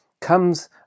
comes